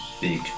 big